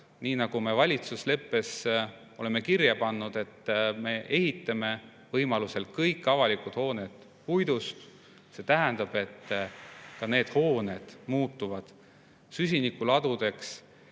nii nagu me valitsusleppes oleme kirja pannud, et me ehitame võimaluse korral kõik avalikud hooned puidust, siis see tähendab, et ka need hooned muutuvad süsinikuladudeks